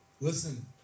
Listen